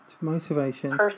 motivation